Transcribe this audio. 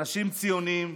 אנשים ציונים.